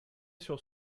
sur